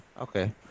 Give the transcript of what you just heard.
okay